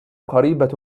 قريبة